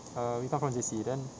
err we come from J_C then